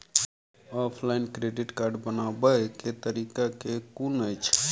Offline credit card बनाबै केँ तरीका केँ कुन अछि?